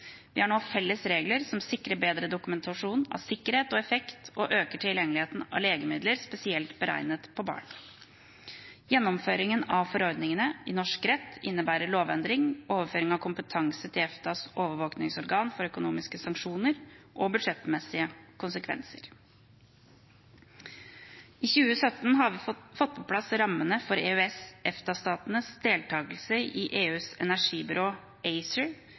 Vi har nå felles regler som sikrer bedre dokumentasjon av sikkerhet og effekt og øker tilgjengeligheten av legemidler spesielt beregnet på barn. Gjennomføringen av forordningene i norsk rett innebærer lovendring, overføring av kompetanse til EFTAs overvåkingsorgan for økonomiske sanksjoner og budsjettmessige konsekvenser. I 2017 har vi fått på plass rammene for EØS/EFTA-statenes deltakelse i EUs energibyrå, ACER,